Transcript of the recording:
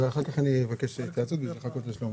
ואחר כך אני אבקש התייעצות בשביל לחכות לשלמה.